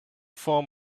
form